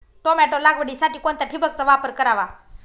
Tomato लागवडीसाठी कोणत्या ठिबकचा वापर करावा?